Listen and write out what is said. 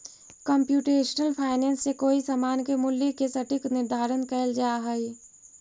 computational finance से कोई समान के मूल्य के सटीक निर्धारण कैल जा हई